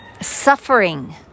suffering